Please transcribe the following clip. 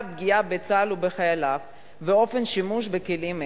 פגיעה בצה"ל ובחייליו ואופן השימוש בכלים אלה,